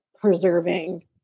preserving